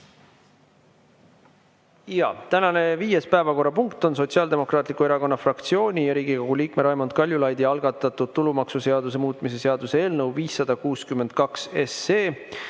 Tänane viies päevakorrapunkt on Sotsiaaldemokraatliku Erakonna fraktsiooni ja Riigikogu liikme Raimond Kaljulaidi algatatud tulumaksuseaduse muutmise seaduse eelnõu 562.